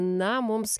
na mums